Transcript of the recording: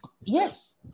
Yes